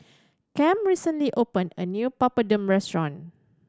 cam recently opened a new Papadum restaurant